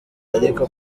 ariko